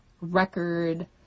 record